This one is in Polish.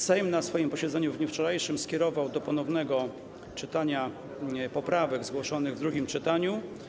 Sejm na swoim posiedzeniu w dniu wczorajszym skierował do ponownego czytania poprawki zgłoszone w drugim czytaniu.